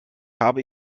habe